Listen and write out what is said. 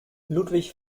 ludwig